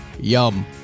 Yum